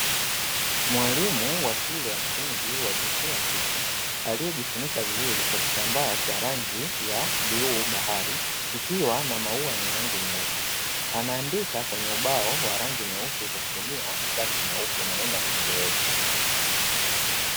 Mwalimu wa shule ya msingi wa jinsia ya kike, aliyejifunika vizuri kwa kitambaa cha rangi ya bluu bahari kikiwa na maua ya rangi nyeusi, anaandika kwenye ubao mweusi kwa kutumia chaki nyeupe maneno ya kingereza.